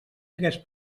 tres